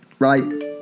Right